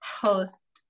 host